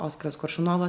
oskaras koršunovas